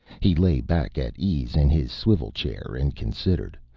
he lay back at ease in his swivel-chair and considered,